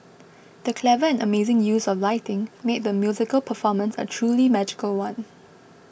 the clever and amazing use of lighting made the musical performance a truly magical one